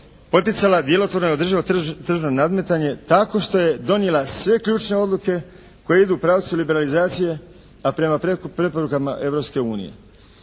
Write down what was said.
poticala djelotvorno neodrživo tržno nadmetanje tako što je donijela sve ključne odluke koje idu pravcu liberalizacije, a prema preporukama